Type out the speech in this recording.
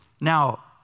now